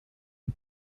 une